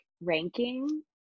ranking